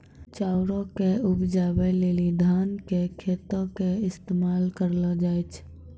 चाउरो के उपजाबै लेली धान के खेतो के इस्तेमाल करलो जाय छै